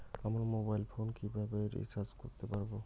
আমার mobile phone কিভাবে recharge করতে পারব?